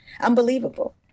unbelievable